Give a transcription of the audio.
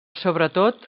sobretot